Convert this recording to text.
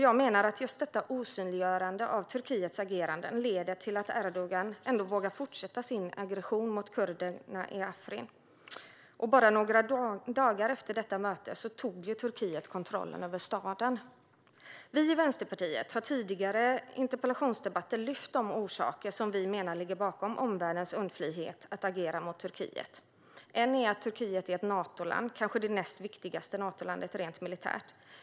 Jag menar att just detta osynliggörande av Turkiets agerande leder till att Erdogan ändå vågar fortsätta sin aggression mot kurderna i Afrin. Och bara några dagar efter detta möte tog Turkiet kontrollen över staden. Vi i Vänsterpartiet har i tidigare interpellationsdebatter lyft fram de orsaker som vi menar ligger bakom omvärldens undfallenhet att agera mot Turkiet. En är att Turkiet är ett Natoland, kanske det näst viktigaste Natolandet rent militärt.